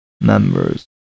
members